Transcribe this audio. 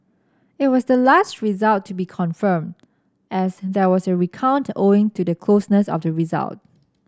it was the last result to be confirmed as there was a recount owing to the closeness of the result